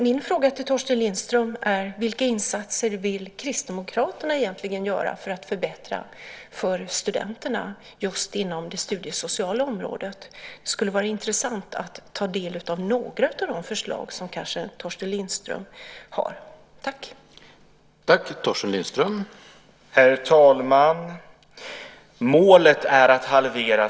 Min fråga till Torsten Lindström är: Vilka insatser vill Kristdemokraterna egentligen göra för att förbättra för studenterna just inom det studiesociala området? Det skulle vara intressant att ta del av några av de förslag som kanske Torsten Lindström har.